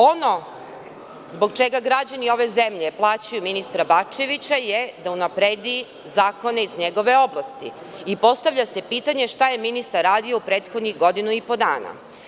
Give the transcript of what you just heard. Ono zbog čega građani ove zemlje plaćaju ministra Bačevića je da unapredi zakone iz njegove oblasti i postavlja se pitanje – šta je ministar radio u prethodnih godinu i po dana?